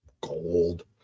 Gold